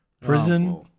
Prison